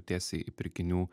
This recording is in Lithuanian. tiesiai į pirkinių